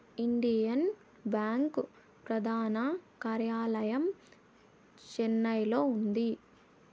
Indian bank ప్రధాన కార్యాలయం చెన్నైలో ఉంది